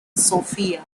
sofia